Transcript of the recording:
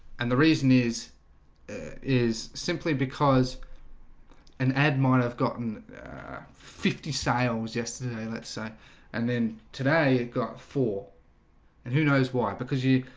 and the reason is is simply because an ad might have gotten fifty sales yesterday, let's say and then today it got four and who knows why because you